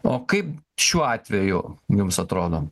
o kaip šiuo atveju jums atrodo